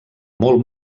molt